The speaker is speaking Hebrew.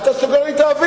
אתה סוגר לי את האוויר.